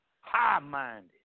high-minded